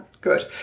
Good